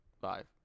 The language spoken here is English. Five